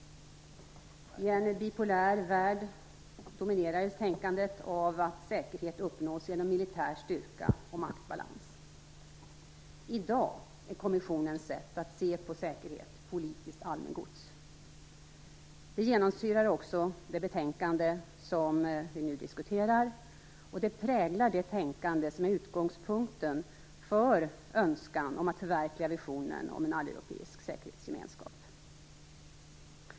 I en bipolär värld dominerades tänkandet av att säkerhet uppnås genom militär styrka och maktbalans. I dag är kommissionens sätt att se på säkerhet politiskt allmängods. Det genomsyrar också det betänkande som vi nu diskuterar, och det präglar det tänkande som är utgångspunkten för önskan om att förverkliga visionen om en alleuropeisk säkerhetsgemenskap.